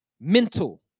Mental